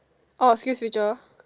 orh skillsfuture